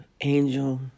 angel